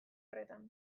horretan